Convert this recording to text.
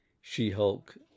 She-Hulk